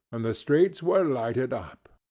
and the streets were lighted up.